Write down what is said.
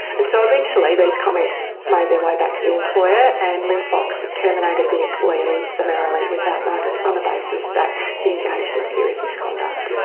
and so eventually these comments made their way back to the employer, and linfox terminated the employee summarily without notice on the basis that he'd engaged in serious misconduct.